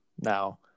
now